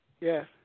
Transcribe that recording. Yes